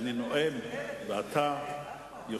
אני נותן לו את כל עשר הדקות מההתחלה.